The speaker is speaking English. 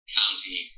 county